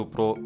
Pro